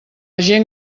gent